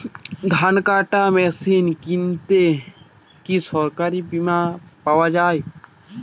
ধান কাটার মেশিন কিনতে কি সরকারী বিমা পাওয়া যায়?